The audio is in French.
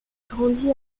grandi